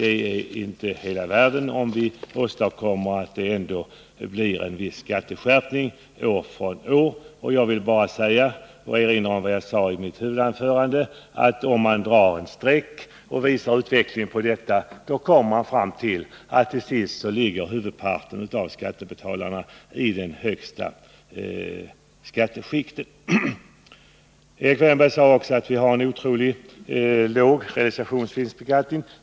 Det är inte hela världen om det ändå blir en viss skatteskärpning år från år. Jag vill bara erinra om vad jag sade i mitt huvudanförande, nämligen att utvecklingen till sist har medfört att huvudparten av skattebetalarna hamnat i det högsta skatteskiktet. Erik Wärnberg sade också att vi har otroligt låg realisationsvinstbeskattning.